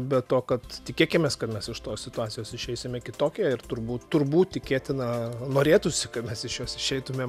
be to kad tikėkimės kad mes iš tos situacijos išeisime kitokie ir turbūt turbūt tikėtina norėtųsi kad mes iš jos išeitumėm